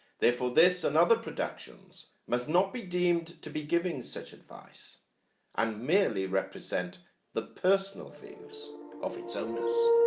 therefore, this and other productions must not be deemed to be giving such advice and merely represent the personal views of its owners.